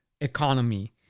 economy